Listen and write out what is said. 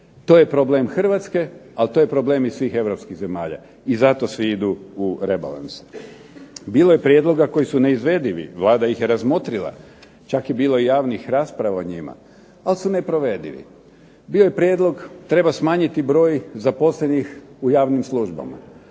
To je problem Hrvatske, ali to je problem i svih europskih zemalja i zato svi idu u rebalans. Bilo je prijedloga koji su neizvedivi. Vlada ih je razmotrila. Čak je bilo i javnih rasprava o njima ali su neprovedivi. Bio je prijedlog treba smanjiti broj zaposlenih u javnim službama.